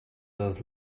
does